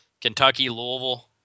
Kentucky-Louisville